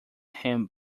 him